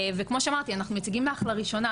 וכמו שאמרתי אנחנו מציגים לך לראשונה,